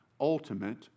ultimate